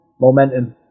momentum